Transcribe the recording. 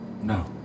No